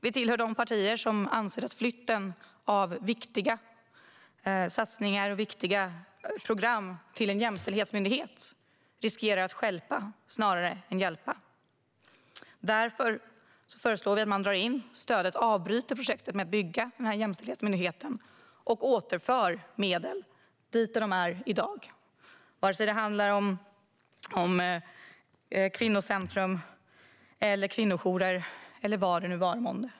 Vi tillhör de partier som anser att flytten av viktiga satsningar och olika program till en jämställdhetsmyndighet riskerar att stjälpa snarare än att hjälpa. Därför föreslår vi att man drar in stödet och avbryter projektet med att bygga den nya jämställdhetsmyndigheten och återinför medel dit där de finns i dag, vare sig det handlar om kvinnocentrum, kvinnojourer eller vad det nu vara månde.